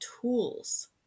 tools